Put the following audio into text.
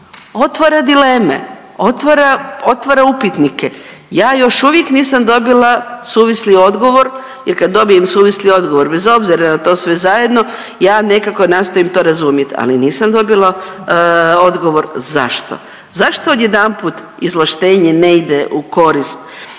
otvara dileme, otvara, otvara upitnike. Ja još uvijek nisam dobila suvisli odgovor jer kad dobijem suvisli odgovor, bez obzira na to sve zajedno, ja nekako nastojim to razumjeti, ali nisam dobila odgovor zašto. Zašto odjedanput izvlaštenje ne idu u korist,